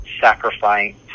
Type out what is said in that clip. sacrificing